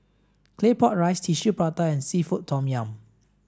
claypot rice tissue prata and seafood tom yum